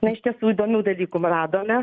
na iš tiesų įdomių dalykų radome